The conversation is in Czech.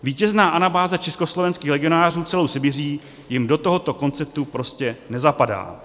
Vítězná anabáze československých legionářů celou Sibiří jim do tohoto konceptu prostě nezapadá.